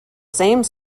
same